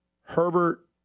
Herbert